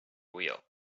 wheel